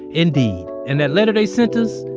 indeed. and that letter they sent us,